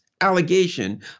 allegation